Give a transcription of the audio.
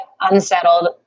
unsettled